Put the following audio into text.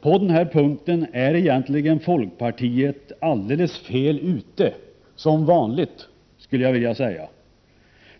folkpartiet på den här punkten egentligen kommit alldeles fel; som vanligt, skulle jag vilja säga.